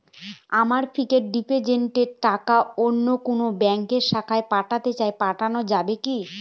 আমার ফিক্সট ডিপোজিটের টাকাটা অন্য কোন ব্যঙ্কের শাখায় পাঠাতে চাই পাঠানো যাবে কি?